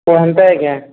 କହନ୍ତା ଆଜ୍ଞା